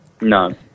No